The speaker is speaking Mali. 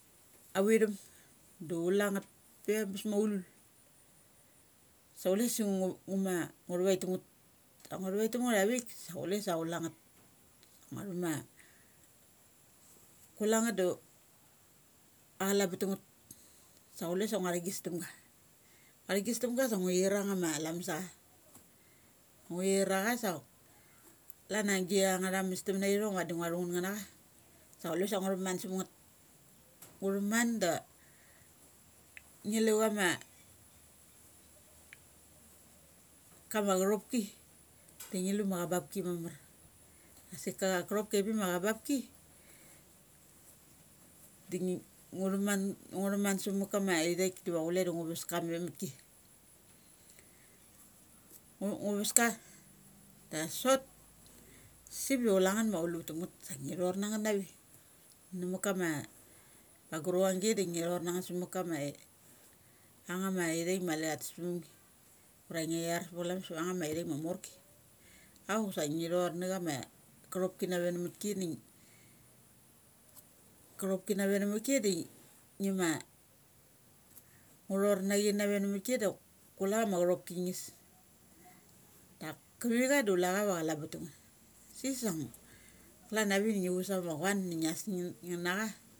Avi thum du chule ngeth pe da am bes maulul. Sa chule sa ngu, ngu ma ngu thavaik tam negth. Sa ngu thavik tam ngeth avik sa chule sa chulengeth. Ngua thuma. kulanget da achala bek tem nget. Sa chule sa ngua thagis dam ga. Ngua thigis tem ga sa ngu chir angnga kamas acha. Ngu chin acha sa klan a gia nganga mastam na ithong vadi ngua thu ngeth nga na cha sa chule sa ngu thaman sa mangeth. ngu thaman da ngi lu chama kama chathopki da ngi luda acha bap ki mamar. Asika kothopki apik ma a cha bapki, dangi ngu thaman sa ma kama ithaik deva chule da ngu ves ka mathamat ki. Ngu ves ka da sot, sip du chule rigeth ma auluvek tam ngeth ngi thor na ngeth nave na makama a bang ru ang gi da ngi thor nangeth sum ma kama angngama ithaik ma tha tes pumgi. Ura ngia char pakama lamas savakama ithaik ma morki. Auk sa ngi thor na chama kothop ki nave na mutki dangi ka thopki nave nam mat ki de ngi ma ngu thor na chi nave na matki da kule chama chuthopki ngis. Dak kavi cha da chule cha diva a cha la buk tam ga. Si sa klan avik da ngi ves angngama chuan da ngi as ngi ngi na cha